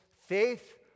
faith